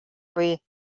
буй